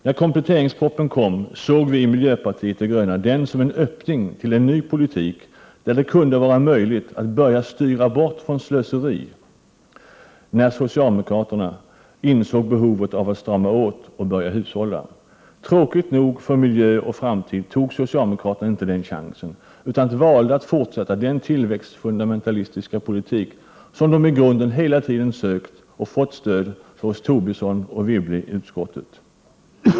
När kompletteringspropositionen kom, såg vi i miljöpartiet de gröna den som en öppning till en ny politik, där det kunde vara möjligt att börja styra bort från slöseri när socialdemokraterna insett behovet av att strama åt och börja hushålla. Tråkigt nog för miljön och framtiden tog socialdemokraterna inte den chansen utan valde att fortsätta med den tillväxtfundamentalistiska politik som de i grunden hela tiden sökt och fått stöd för hos Tobisson och Wibble i utskottet.